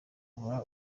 uhora